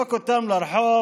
ולזרוק אותם לרחוב,